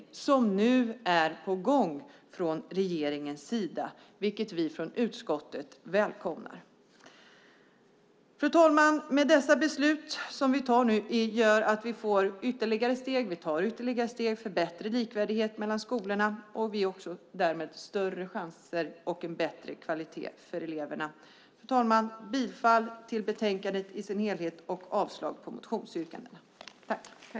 Det är nu är på gång från regeringen, vilket vi i utskottet välkomnar. Fru talman! Med dessa beslut tar vi ytterligare steg för bättre likvärdighet mellan skolorna. Det blir också bättre kvalitet för eleverna. Fru talman! Jag yrkar bifall till förslaget i betänkandet och avslag på motionsyrkandena.